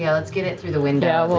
yeah let's get it through the window.